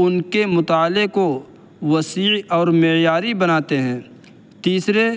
ان کے مطالعے کو وسیع اور معیاری بناتے ہیں تیسرے